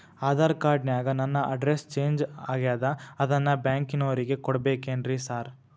Aadhaar card ನ್ಯಾಗ ನನ್ address change ಆಗ್ಯಾದ ಅದನ್ನ ಬ್ಯಾಂಕಿನೊರಿಗೆ ಕೊಡ್ಬೇಕೇನ್ರಿ ಸಾರ್?